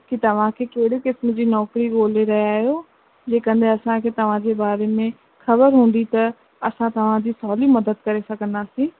कि तव्हांखे कहिड़े क़िस्म जी नौकरी ॻोल्हे रहिया आहियो जेकॾहिं असांखे तव्हांजे बारे में ख़बर हूंदी त असां तव्हां जी सहुली मदद करे सघंदासीं